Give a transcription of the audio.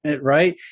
right